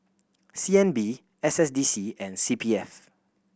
C N B S S D C and C P F